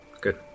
Good